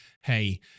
hey